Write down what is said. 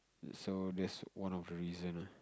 so that's one of the reason ah